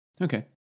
okay